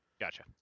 Gotcha